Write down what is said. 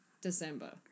December